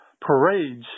parades